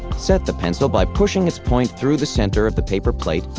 set the pencil by pushing its point through the center of the paper plate,